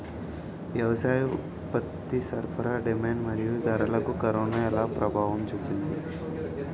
వ్యవసాయ ఉత్పత్తి సరఫరా డిమాండ్ మరియు ధరలకు కరోనా ఎలా ప్రభావం చూపింది